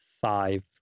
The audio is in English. five